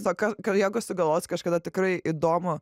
tiesiog kad jeigu sugalvosiu kažkada tikrai įdomų